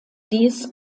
dies